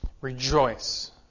rejoice